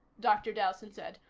dr. dowson said.